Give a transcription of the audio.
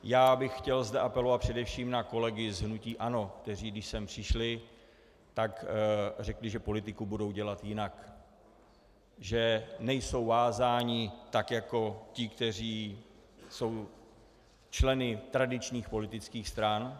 Já bych zde chtěl apelovat především na kolegy z hnutí ANO, kteří když sem přišli, tak řekli, že politiku budou dělat jinak, že nejsou vázáni tak jako ti, kteří jsou členy tradičních politických stran.